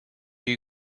you